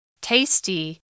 Tasty